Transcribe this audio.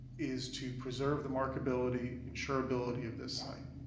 is to preserve the marketability, insurability of this site.